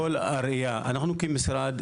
אנחנו כמשרד,